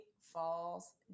falls